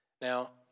Now